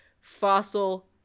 fossil